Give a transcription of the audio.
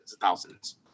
thousands